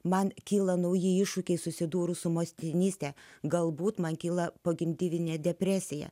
man kyla nauji iššūkiai susidūrus su motinyste galbūt man kyla pogimdyminė depresija